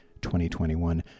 2021